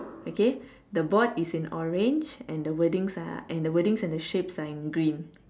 okay the board is in orange and the wordings are and the wordings and the shapes are in green